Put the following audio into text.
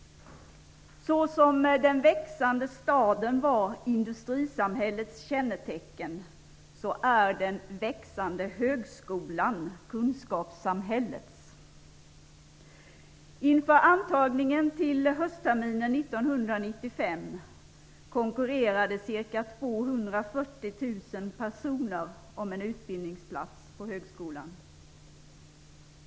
Såsom den växande staden var industrisamhällets kännetecken är den växande högskolan kunskapssamhällets kännetecken. Inför antagningen till höstterminen 1995 konkurrerade ca 240 000 personer om utbildningsplatserna på högskolan.